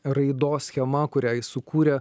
raidos schema kurią jis sukūrė